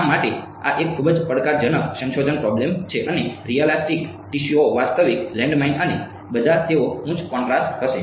શા માટે આ એક ખૂબ જ પડકારજનક સંશોધન પ્રોબ્લમ છે અને રિયાલીસ્ટીક ટીસ્યુઓ વાસ્તવિક લેન્ડમાઈન અને બધા તેઓ ઉચ્ચ કોન્ટ્રાસ્ટ હશે